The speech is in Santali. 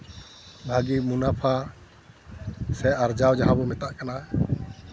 ᱵᱷᱟᱹᱜᱤ ᱢᱩᱱᱟᱯᱷᱟ ᱥᱮ ᱟᱨᱡᱟᱣ ᱡᱟᱦᱟᱸ ᱵᱚᱱ ᱢᱮᱛᱟᱜ ᱠᱟᱱᱟ